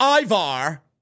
Ivar